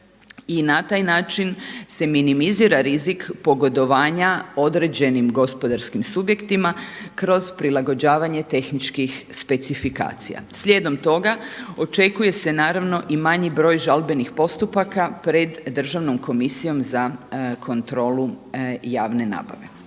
i na taj način se minimizira rizik pogodovanja određenim gospodarskim subjektima kroz prilagođavanje tehničkih specifikacija. Slijedom toga očekuje se naravno i manji broj žalbenih postupaka pred Državnom komisijom za kontrolu javne nabave.